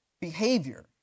behavior